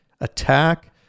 attack